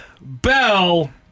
bell